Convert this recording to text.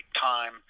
time